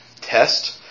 test